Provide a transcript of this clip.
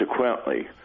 consequently